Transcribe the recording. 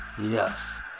Yes